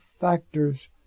factors